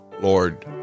lord